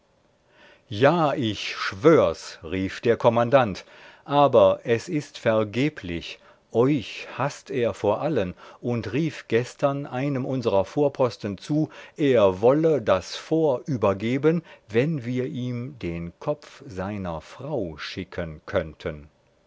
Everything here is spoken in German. ja ich schwör's rief der kommandant aber es ist vergeblich euch haßt er vor allen und rief gestern einem unsrer vorposten zu er wolle das fort übergeben wenn wir ihm den kopf seiner frau schicken könnten